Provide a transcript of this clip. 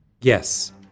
Yes